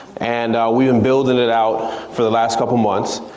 and we've been building it out for the last couple months,